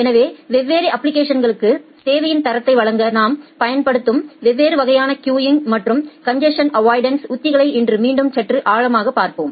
எனவே வெவ்வேறு அப்ப்ளிகேஷன்ஸ்களுக்கு சேவையின் தரத்தை வழங்க நாம் பயன்படுத்தும் வெவ்வேறு வகையான கியூங் மற்றும் கன்ஜசன் அவ்வாய்டன்ஸ் உத்திகளைக் இன்று மீண்டும் சற்று ஆழமாக பார்ப்போம்